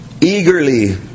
eagerly